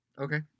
Okay